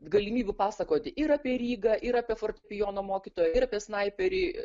galimybių pasakoti ir apie rygą ir apie fortepijono mokytoją ir apie snaiperį